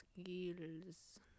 skills